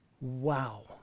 Wow